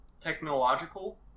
technological